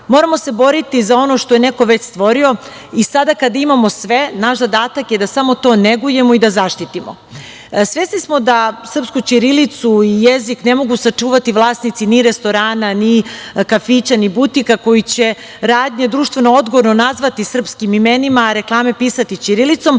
narod. Moramo se boriti za ono što je neko već stvorio i sada kad imamo sve, naš zadatak je da samo to negujemo i da zaštitimo. Svesni smo da srpsku ćirilicu i jezik ne mogu sačuvati vlasnici ni restorana, ni kafića, ni butika, koji će radnje društveno-odgovorno nazvati srpskim imenima, a reklame pisati ćirilicom,